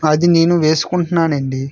అది నేను వేసుకుంటున్నాను అండి